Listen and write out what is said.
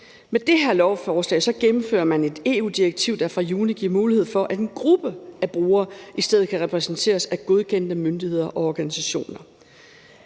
Med det her lovforslag gennemfører man et EU-direktiv, der fra juni giver mulighed for, at en gruppe af forbrugere i stedet kan repræsenteres af godkendte myndigheder og organisationer.